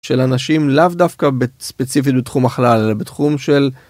של אנשים לאו דווקא בספציפית בתחום החלל בתחום של